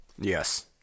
Yes